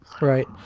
right